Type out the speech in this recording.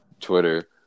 Twitter